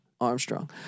Armstrong